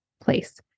place